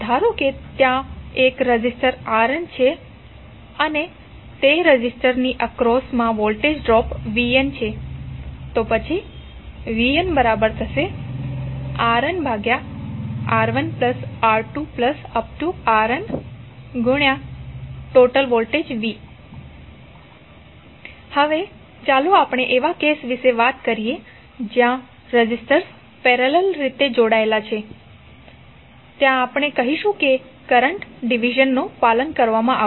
ધારો કે ત્યાં એક રેઝિસ્ટર Rn છે અને તે રેઝિસ્ટર ની એક્રોસમા વોલ્ટેજ vnછે તો પછી vnRnR1R2Rnv હવે ચાલો આપણે એવા કેસ વિશે વાત કરીએ જ્યાં રેઝિસ્ટર્સ પેરેલલ રીતે જોડાયેલા છે ત્યાં આપણે કહીશું કે કરંટ ડીવીઝનનું પાલન કરવામાં આવશે